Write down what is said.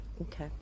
Okay